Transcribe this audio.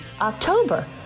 October